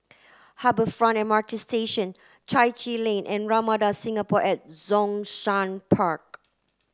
Harbour Front M R T Station Chai Chee Lane and Ramada Singapore at Zhongshan Park